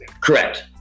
Correct